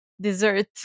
dessert